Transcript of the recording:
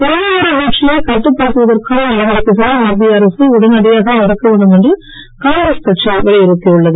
பொருளாதார வீழ்ச்சியைக் கட்டுப்படுத்துவதற்கான நடவடிக்கைகளை மத்திய அரசு உடனடியாக எடுக்க வேண்டும் என்று காங்கிரஸ் கட்சி வலியுறுத்தி உள்ளது